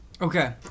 Okay